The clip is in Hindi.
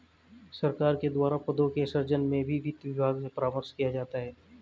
सरकार के द्वारा पदों के सृजन में भी वित्त विभाग से परामर्श किया जाता है